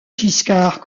giscard